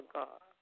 God